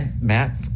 Matt